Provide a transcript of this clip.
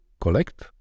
collect